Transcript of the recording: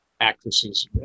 actresses